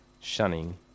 shunning